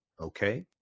okay